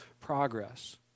progress